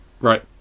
Right